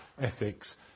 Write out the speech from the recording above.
ethics